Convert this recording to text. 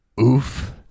oof